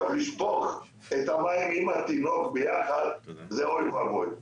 לשפוך את התינוק יחד עם המים זה אוי ואבוי.